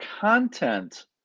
content